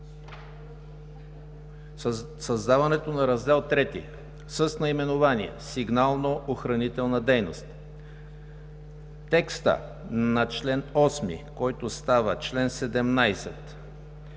създаването на Раздел III с наименование „Сигнално-охранителна дейност“, текста на чл. 8, който става чл. 17,